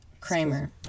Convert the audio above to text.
Kramer